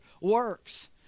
works